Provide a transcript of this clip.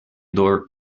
door